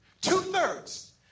Two-thirds